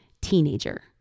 teenager